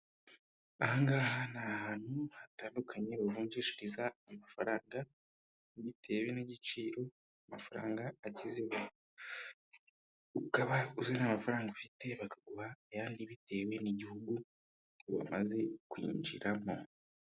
Aha ngaha ni ahantu hatandukanye uvunjeshiriza amafaranga bitewe n'igiciro amafaranga agize, ukaba uzana amafaranga ufite bakaguha ayandi bitewe n'igihugu wamaze kwinjiramo.